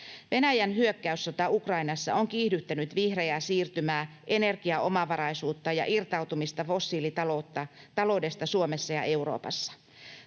Venäjän hyökkäyssota Ukrainassa on kiihdyttänyt vihreää siirtymää, energiaomavaraisuutta ja irtautumista fossiilitaloudesta Suomessa ja Euroopassa.